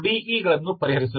E ಗಳನ್ನು ಪರಿಹರಿಸಬೇಕು